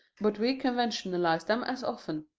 but we conventionalize them as often.